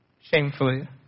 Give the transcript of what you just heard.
shamefully